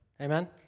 Amen